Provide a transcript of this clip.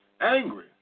angry